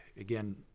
again